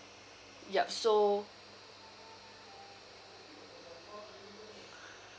ya so